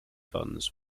funds